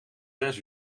zes